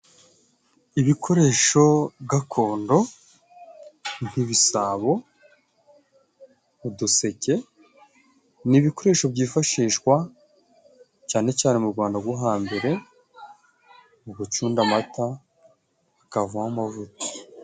Ibikoresho gakondo nk'ibisabo ,uduseke ni ibikoresho byifashishwa cane cane mu gwanda gwo hambere mu gucunda amata hakavamo amavuta.